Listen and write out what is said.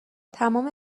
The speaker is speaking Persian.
تمام